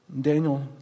Daniel